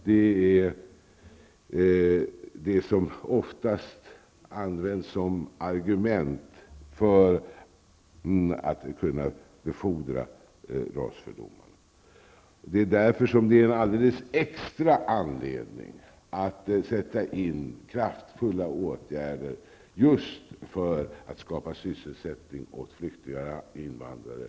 De används oftast som argument för att befordra rasfördomarna. Detta är en extra anledning till att sätta in kraftfulla åtgärder för att skapa sysselsättning åt flyktingar och invandrare.